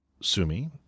Sumi